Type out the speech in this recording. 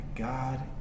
God